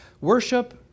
Worship